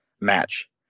match